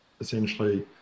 essentially